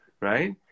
right